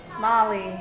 Molly